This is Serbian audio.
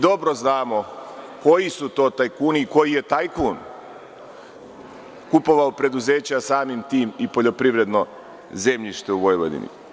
Dobro znamo koji su to tajkuni i koji je tajkun kupovao preduzeća, samim tim i poljoprivredno zemljište u Vojvodini.